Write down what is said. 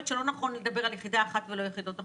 שלא נכון לדבר על יחידה אחת ולא יחידות אחרות.